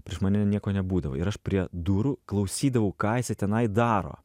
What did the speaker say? prieš mane nieko nebūdavo ir aš prie durų klausydavau ką jisai tenai daro